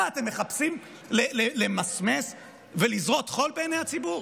מה, אתם מחפשים למסמס ולזרות חול בעיני הציבור?